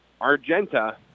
Argenta